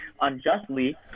unjustly